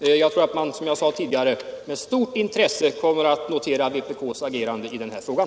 Som jag nyss framhöll, kommer man säkert på studerandehåll att med stort intresse notera vpk:s agerande i den här frågan.